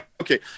Okay